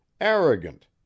arrogant